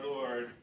Lord